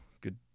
good